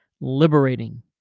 liberating